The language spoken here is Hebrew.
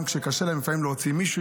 גם כשקשה להם לפעמים להוציא מישהו,